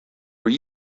were